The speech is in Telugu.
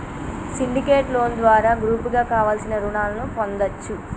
సిండికేట్ లోను ద్వారా గ్రూపుగా కావలసిన రుణాలను పొందచ్చు